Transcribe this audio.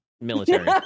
military